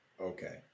Okay